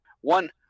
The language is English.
One